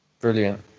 Brilliant